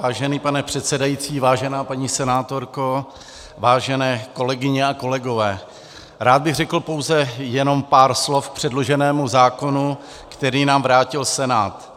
Vážený pane předsedající, vážená paní senátorko, vážené kolegyně a kolegové, rád bych řekl jenom pár slov k předloženému zákonu, který nám vrátil Senát.